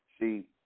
See